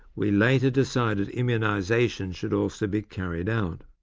we later decided immunisation should also be carried out.